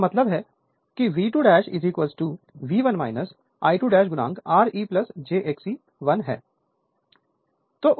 इसका मतलब है कि V2 V1 I2 Re jXe1 है